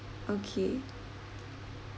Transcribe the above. okay